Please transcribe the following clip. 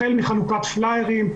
החל בחלוקת פלאיירים,